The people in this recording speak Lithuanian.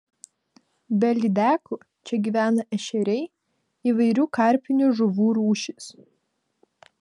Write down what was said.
be lydekų čia gyvena ešeriai įvairių karpinių žuvų rūšys